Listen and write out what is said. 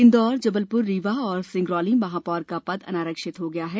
इंदौरए जबलप्रए रीवा और सिंगरौली महापौर का पद अनारक्षित हो गया है